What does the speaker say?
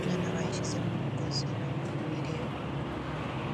inyana bayishyizemo umugozi barimo kuyireba.